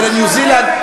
ולניו-זילנד,